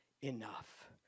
enough